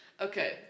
Okay